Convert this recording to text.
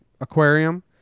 aquarium